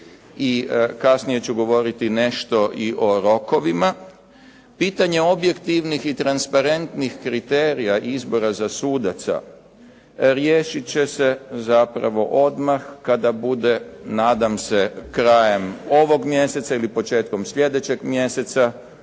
kasnije ću govoriti nešto o rokovima, pitanje objektivnih i transparentnih kriterija izbora za sudaca riješit će se odmah nadam se kada bude krajem ovog mjeseca ili početkom sljedećeg mjeseca